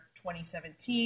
2017